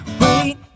Wait